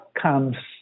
comes